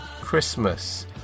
Christmas